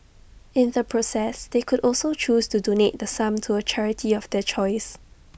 in the process they could also choose to donate the sum to A charity of their choice